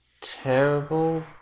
terrible